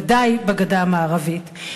ודאי בגדה המערבית.